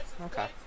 Okay